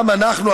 גם אנחנו,